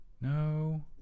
No